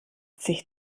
sich